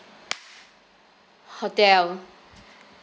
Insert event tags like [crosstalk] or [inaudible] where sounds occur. [noise] hotel [breath]